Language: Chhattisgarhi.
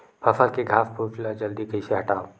फसल के घासफुस ल जल्दी कइसे हटाव?